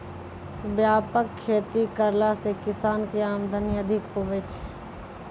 व्यापक खेती करला से किसान के आमदनी अधिक हुवै छै